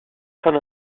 fans